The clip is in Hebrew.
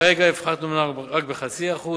כרגע הפחתנו רק ב-0.5%,